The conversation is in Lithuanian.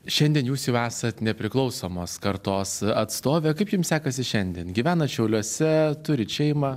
šiandien jūs jau esat nepriklausomos kartos atstovė kaip jums sekasi šiandien gyvenat šiauliuose turit šeimą